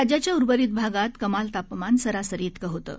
राज्याच्या उर्वरित भागांत कमाल तापमान सरासरी इतकं होतं